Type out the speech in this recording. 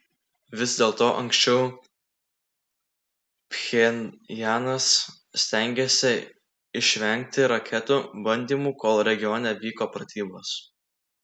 vis dėlto anksčiau pchenjanas stengėsi išvengti raketų bandymų kol regione vyko pratybos